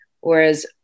whereas